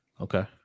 okay